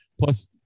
plus